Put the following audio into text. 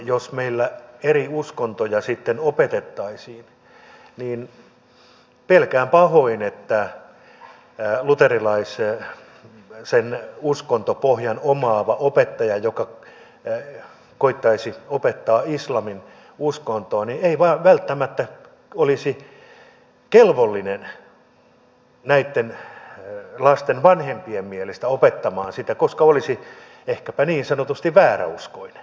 jos meillä eri uskontoja sitten opetettaisiin niin pelkään pahoin että luterilaisen uskontopohjan omaava opettaja joka koettaisi opettaa islamin uskontoa ei välttämättä olisi kelvollinen näitten lasten vanhempien mielestä opettamaan sitä koska olisi ehkäpä niin sanotusti vääräuskoinen